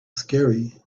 scary